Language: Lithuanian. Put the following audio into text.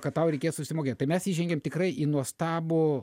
kad tau reikės susimokėt tai mes įžengėm tikrai į nuostabų